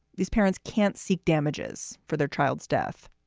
these parents can't seek damages for their child's death